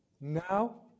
now